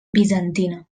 bizantina